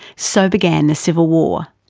so began the civil war.